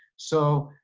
so,